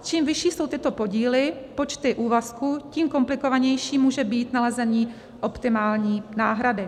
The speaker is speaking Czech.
Čím vyšší jsou tyto podíly, počty úvazků, tím komplikovanější může být nalezení optimální náhrady.